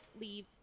leave